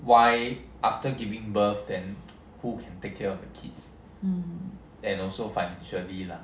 um